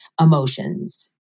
emotions